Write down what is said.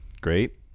Great